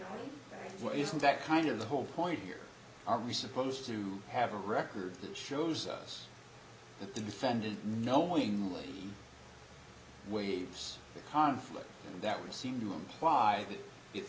hy isn't that kind of the whole point here are we supposed to have a record that shows us that the defendant knowingly waves the conflict that we seem to imply that